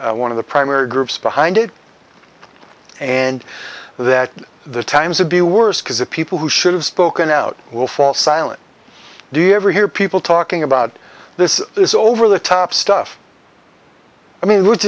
be one of the primary groups behind it and that the times would be worse because the people who should have spoken out will fall silent do you ever hear people talking about this is over the top stuff i